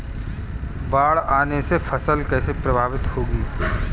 बाढ़ आने से फसल कैसे प्रभावित होगी?